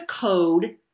code